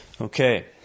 Okay